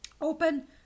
open